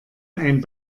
ein